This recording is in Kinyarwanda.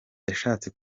yashatse